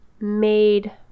made